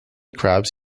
crabs